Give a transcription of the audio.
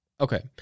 Okay